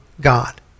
God